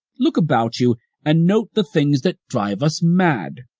look about you and note the things that drive us mad,